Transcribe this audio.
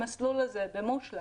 שהמסלול הזה לא נמצא במושל"כ,